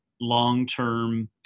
long-term